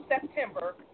September